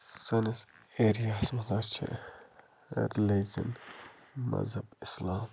سٲنِس ایریاہَس منٛز حظ چھِ رِلِجَن مذہب اِسلام